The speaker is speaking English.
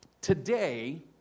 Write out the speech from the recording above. Today